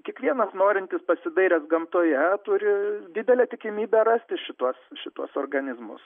kiekvienas norintis pasidairęs gamtoje turi didelę tikimybę rasti šituos šituos organizmus